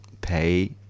pay